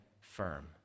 firm